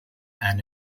and